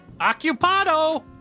Occupado